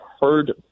heard